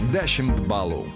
dešimt balų